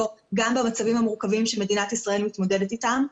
גם במצבים המורכבים שמדינת ישראל מתמודדת איתם.